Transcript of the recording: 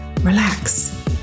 relax